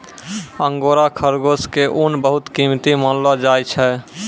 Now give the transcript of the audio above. angora खरगोश के ऊन बहुत कीमती मानलो जाय छै